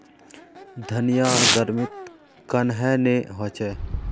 धनिया गर्मित कन्हे ने होचे?